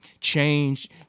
change